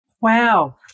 Wow